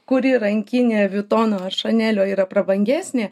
kuri rankinė vitono ar šanelio yra prabangesnė